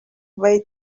way